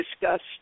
discussed